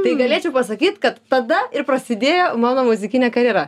tai galėčiau pasakyt kad tada ir prasidėjo mano muzikinė karjera